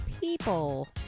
People